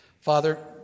Father